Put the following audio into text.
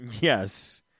Yes